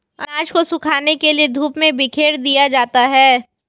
अनाज को सुखाने के लिए धूप में बिखेर दिया जाता है